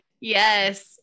Yes